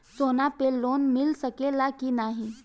सोना पे लोन मिल सकेला की नाहीं?